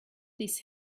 this